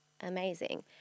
amazing